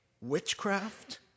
witchcraft